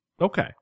Okay